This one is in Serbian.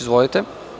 Izvolite.